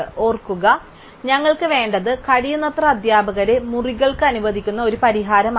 ഓർക്കുക ഞങ്ങൾക്ക് വേണ്ടത് കഴിയുന്നത്ര അധ്യാപകരെ മുറികൾക്ക് അനുവദിക്കുന്ന ഒരു പരിഹാരമാണ്